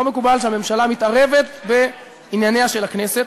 לא מקובל שהממשלה מתערבת בענייניה של הכנסת,